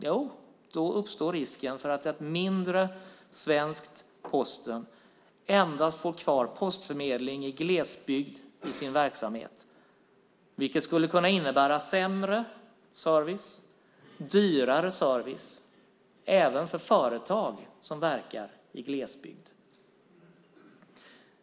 Jo, då uppstår risken att ett mindre svenskt Posten endast får kvar postförmedling i glesbygd i sin verksamhet, vilket skulle kunna innebära sämre och dyrare service, även för företag som verkar i glesbygd.